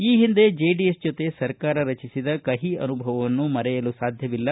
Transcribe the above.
ಈ ಹಿಂದೆ ಜೆಡಿಎಸ್ ಜೊತೆ ಸರ್ಕಾರ ರಚಿಸಿದ ಕಹಿ ಅನುಭವವನ್ನು ಮರೆಯಲು ಸಾಧ್ಯವಿಲ್ಲ